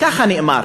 כך נאמר.